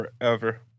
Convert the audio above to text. forever